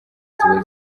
ziba